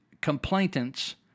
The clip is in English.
complainants